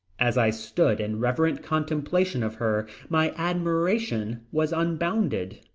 as i stood in reverent contemplation of her my admiration was unbounded.